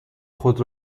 خود